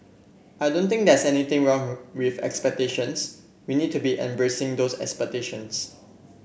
I don't think there's anything wrong with expectations we need to be embracing those expectations